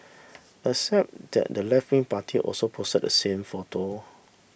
except that the leftwing party also posted the same photo